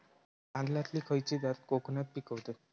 तांदलतली खयची जात कोकणात पिकवतत?